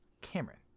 Cameron